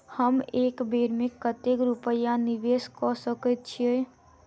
हम एक बेर मे कतेक रूपया निवेश कऽ सकैत छीयै?